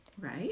Right